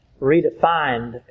redefined